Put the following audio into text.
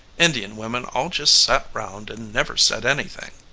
indian women all just sat round and never said anything.